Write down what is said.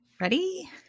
Ready